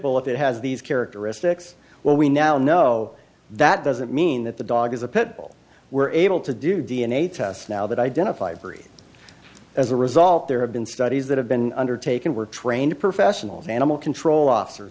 pitbull if it has these characteristics well we now know that doesn't mean that the dog is a pitbull we're able to do d n a tests now that identify very as a result there have been studies that have been undertaken were trained professionals animal control officer